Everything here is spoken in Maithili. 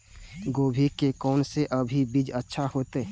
गोभी के कोन से अभी बीज अच्छा होते?